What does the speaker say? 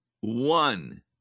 one